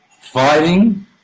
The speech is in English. fighting